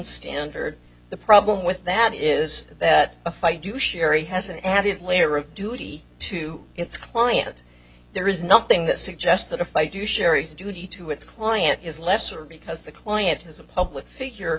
standard the problem with that is that if i do sheri has an added layer of duty to its client there is nothing that suggests that if i do sherry's duty to its client is lesser because the client has a public figure